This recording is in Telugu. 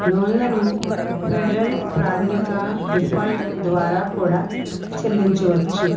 లోన్లను ఫెడరల్ ప్రాథమిక డిఫాల్ట్ ద్వారా కూడా చెల్లించవచ్చు